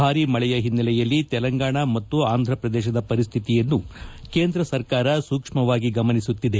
ಭಾರೀ ಮಳೆಯ ಹಿನ್ನೆಲೆಯಲ್ಲಿ ತೆಲಂಗಾಣ ಮತ್ತು ಆಂಧ್ರಪ್ರದೇಶದ ಪರಿಸ್ತಿತಿಯನ್ನು ಕೇಂದ್ರ ಸರ್ಕಾರ ಸೂಕ್ಷ್ಮವಾಗಿ ಗಮನಿಸುತ್ತಿದೆ